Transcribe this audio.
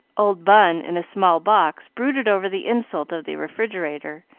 old bun, in a small box, brooded over the insult of the refrigerator,